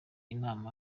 inama